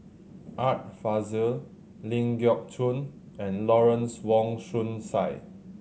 Art Fazil Ling Geok Choon and Lawrence Wong Shyun Tsai